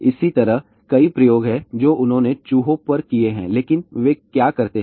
इसी तरह कई प्रयोग हैं जो उन्होंने चूहों पर किए हैं लेकिन वे क्या करते हैं